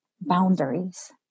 boundaries